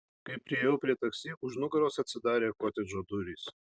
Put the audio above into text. kai priėjau prie taksi už nugaros atsidarė kotedžo durys